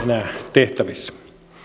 tehtävissä